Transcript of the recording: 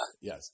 Yes